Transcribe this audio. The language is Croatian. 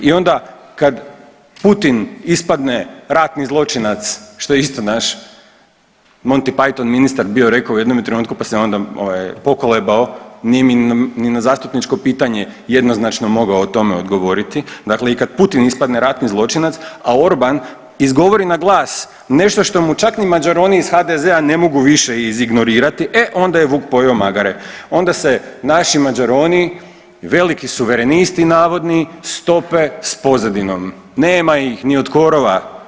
I onda kad Putin ispadne ratni zločinac što je isto naš Monty Python ministar bio rekao u jednom trenutku pa se onda pokolebao, nije mi ni na zastupničko pitanje jednoznačno mogao o tome govoriti, dakle i kad Putin ispadne ratni zločinac, a Orban izgovori na glas nešto što mu čak ni mađaroni iz HDZ-a ne mogu više izignorirati, e onda je vuk pojeo magare, onda se naši mađaroni veliki suverenisti navodni stope s pozadinom, nema ih ni od korova.